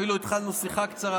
אפילו התחלנו שיחה קצרה.